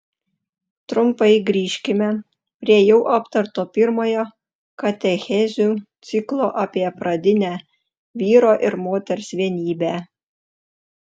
trumpai grįžkime prie jau aptarto pirmojo katechezių ciklo apie pradinę vyro ir moters vienybę